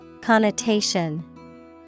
Connotation